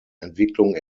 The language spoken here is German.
entwicklung